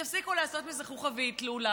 תפסיקו לעשות מזה חוכא ואטלולא.